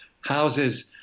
houses